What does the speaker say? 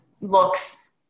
looks